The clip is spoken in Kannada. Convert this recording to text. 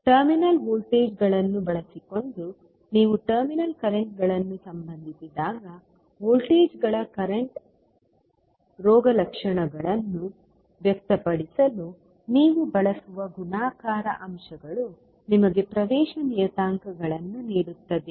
ಟರ್ಮಿನಲ್ ವೋಲ್ಟೇಜ್ಗಳನ್ನು ಬಳಸಿಕೊಂಡು ನೀವು ಟರ್ಮಿನಲ್ ಕರೆಂಟ್ಗಳನ್ನು ಸಂಬಂಧಿಸಿದಾಗ ವೋಲ್ಟೇಜ್ಗಳ ಕರೆಂಟ್ ರೋಗಲಕ್ಷಣಗಳನ್ನು ವ್ಯಕ್ತಪಡಿಸಲು ನೀವು ಬಳಸುವ ಗುಣಾಕಾರ ಅಂಶಗಳು ನಿಮಗೆ ಪ್ರವೇಶ ನಿಯತಾಂಕಗಳನ್ನು ನೀಡುತ್ತದೆ